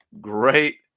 great